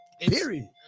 Period